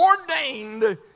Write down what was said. ordained